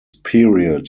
period